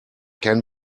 can